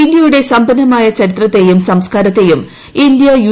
ഇന്ത്യയുടെ സമ്പന്നമായ ചരിത്രത്തെയും സംസ്ക്കാരത്തെയും ഇന്ത്യ യു